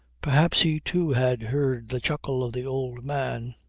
perhaps he too had heard the chuckle of the old man.